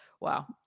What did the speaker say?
Wow